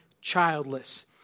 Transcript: childless